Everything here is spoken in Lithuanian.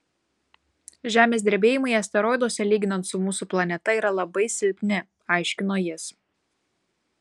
žemės drebėjimai asteroiduose lyginant su mūsų planeta yra labai silpni aiškino jis